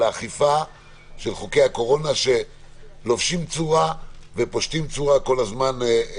האכיפה של חוקי הקורונה שלובשים צורה ופושטים צורה כל הזמן.